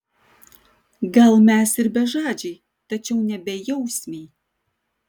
gal mes ir bežadžiai tačiau ne bejausmiai